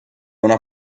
una